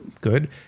Good